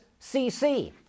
CC